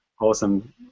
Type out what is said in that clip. Awesome